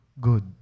Good